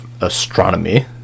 astronomy